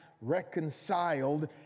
reconciled